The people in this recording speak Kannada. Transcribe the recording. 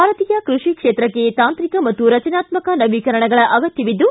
ಭಾರತೀಯ ಕೃಷಿ ಕ್ಷೇತ್ರಕ್ಕೆ ತಾಂತ್ರಿಕ ಮತ್ತು ರಚನಾತ್ಮ ನವೀಕರಣಗಳ ಅಗತ್ಯವಿದ್ದು